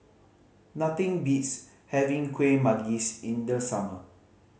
nothing beats having Kuih Manggis in the summer